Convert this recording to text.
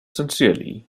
sincerely